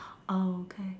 oh okay